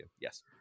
Yes